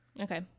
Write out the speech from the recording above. Okay